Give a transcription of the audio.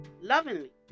lovingly